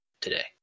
today